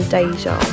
Deja